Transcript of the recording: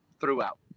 throughout